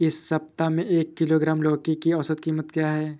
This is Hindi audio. इस सप्ताह में एक किलोग्राम लौकी की औसत कीमत क्या है?